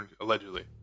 allegedly